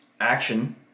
Action